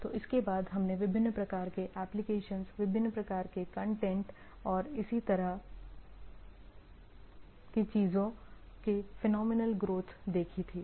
तो उसके बाद हमने विभिन्न प्रकार के एप्लीकेशंस विभिन्न प्रकार के कंटेंट और इसी तरह की चीजों की फिनोमिनल ग्रोथ देखी थी